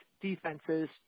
defenses